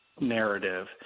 narrative